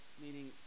meaning